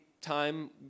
time